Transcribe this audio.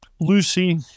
Lucy